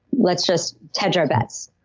let's just hedge our bets.